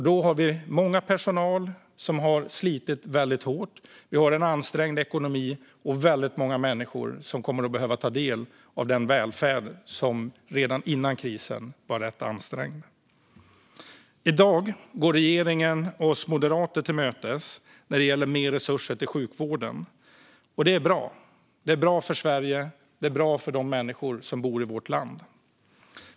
Då har vi mycket personal som slitit väldigt hårt, en ansträngd ekonomi och väldigt många människor som kommer att behöva ta del av den välfärd som redan före krisen var rätt ansträngd. I dag går regeringen oss moderater till mötes när det gäller mer resurser till sjukvården. Det är bra. Det är bra för Sverige och för de människor som bor i vårt land.